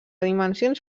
dimensions